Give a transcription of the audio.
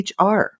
HR